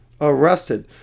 arrested